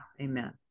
amen